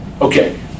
okay